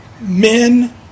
men